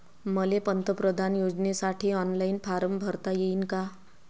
मले पंतप्रधान योजनेसाठी ऑनलाईन फारम भरता येईन का?